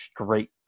straight